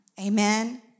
Amen